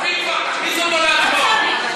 מספיק כבר,